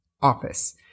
office